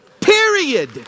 Period